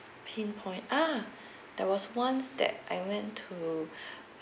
pinpoint ah there was once that I went to